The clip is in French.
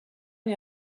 née